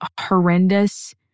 horrendous